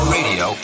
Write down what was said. Radio